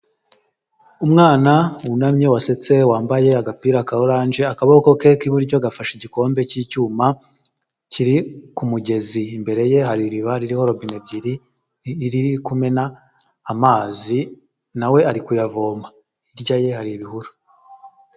Umwana wunamye wasetse wambaye agapira ka oranje, akaboko ke k'iburyo gafashe igikombe cy'icyuma kiri ku mugezi, imbere ye hari iriba ririho robine ebyiri riri kumena amazi nawe ari kuyavoma hirya ye hari ibihuru.